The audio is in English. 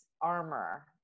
armor